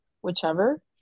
whichever